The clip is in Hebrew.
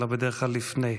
אלא בדרך כלל לפני כן.